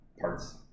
parts